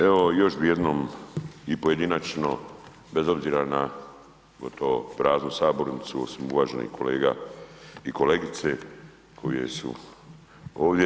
Evo još bi jednom i pojedinačno bez obzira na gotovo praznu sabornicu osim uvaženih kolega i kolegice koje su ovdje.